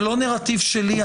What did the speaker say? זה לא נרטיב שלי,